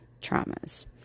traumas